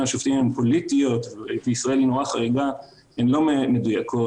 השופטים הן פוליטיות וישראל היא נורא חריגה הן לא מדויקות.